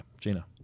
Gina